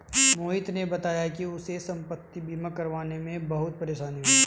मोहित ने बताया कि उसे संपति बीमा करवाने में बहुत परेशानी हुई